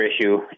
issue